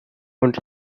und